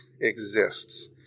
exists